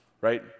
right